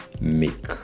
make